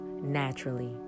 naturally